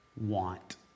want